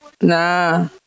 Nah